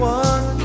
one